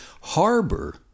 harbor